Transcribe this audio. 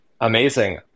Amazing